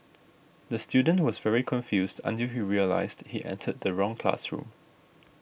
the student was very confused until he realised he entered the wrong classroom